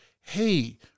hey